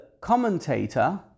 commentator